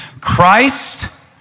Christ